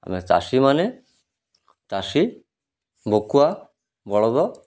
ଆମେ ଚାଷୀମାନେ ଚାଷୀ ବକୁଆ ବଳଦ